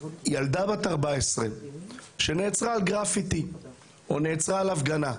ילדה בת 14 שנעצרה על גרפיטי או נעצרה בגלל הפגנה.